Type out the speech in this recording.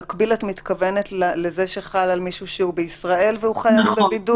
הסעיף המקביל הוא הסעיף שחל על מישהו בישראל שחייב בבידוד?